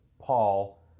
Paul